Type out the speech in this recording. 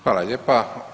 Hvala lijepa.